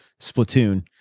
Splatoon